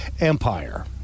Empire